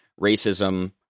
racism